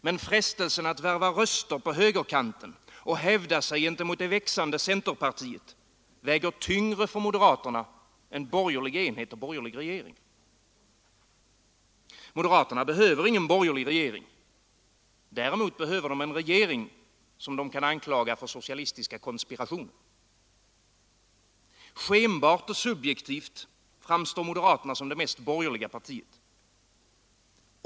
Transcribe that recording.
Men frestelsen att värva röster på högerkanten och hävda sig gentemot det växande centerpartiet väger tyngre för moderaterna än borgerlig enhet och borgerlig regering. Moderaterna behöver ingen borgerlig regering; däremot behöver de en regering som de kan anklaga för socialistiska konspirationer. Skenbart och subjektivt framstår moderaterna som det mest borgerliga partiet.